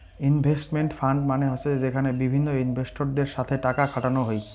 investment fund মানে হসে যেখানে বিভিন্ন ইনভেস্টরদের সাথে টাকা খাটানো হই